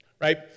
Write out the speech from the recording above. right